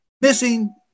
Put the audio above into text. missing